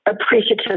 appreciative